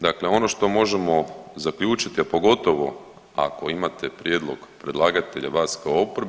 Dakle, ono što možemo zaključiti a pogotovo ako imate prijedlog predlagatelja, vas kao oporbe.